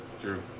true